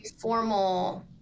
formal